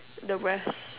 the rest